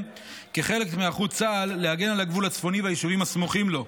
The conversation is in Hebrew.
כחלק מהיערכות צה"ל להגן על הגבול הצפוני והיישובים הסמוכים לו.